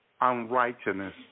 unrighteousness